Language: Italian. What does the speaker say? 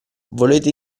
volete